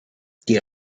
die